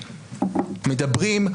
מדברים,